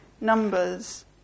numbers